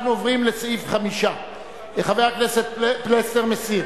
אנחנו עוברים לסעיף 5. חבר הכנסת פלסנר מסיר.